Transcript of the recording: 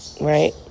Right